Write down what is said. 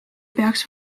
peaks